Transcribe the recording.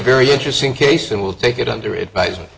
very interesting case and we'll take it under advisement